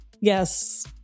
Yes